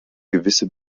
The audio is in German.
gewisse